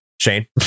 Shane